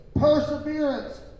perseverance